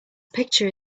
picture